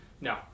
No